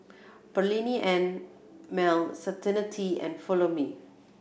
Perllini and Mel Certainty and Follow Me